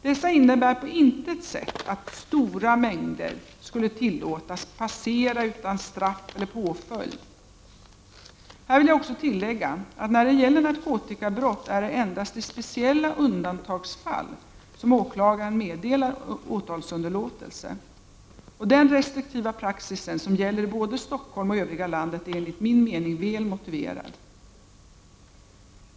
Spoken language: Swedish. Dessa innebär på intet sätt att ”stora mängder” skulle tillåtas ”passera utan straff eller påföljd”. Här vill jag också tillägga att när det gäller narkotikabrott är det endast i speciella undantagsfall som åklagare meddelar åtalsunderlåtelse. Denna restriktiva praxis, som gäller i både Stockholm och övriga landet, är enligt min mening väl motiverad.